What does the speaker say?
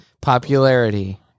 popularity